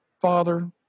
father